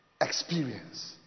Experience